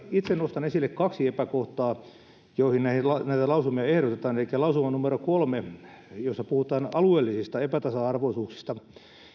itse nostan esille kaksi epäkohtaa joihin näitä lausumia ehdotetaan elikkä lausuma numero kolme jossa puhutaan alueellisista epätasa arvoisuuksista